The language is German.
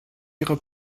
ihrer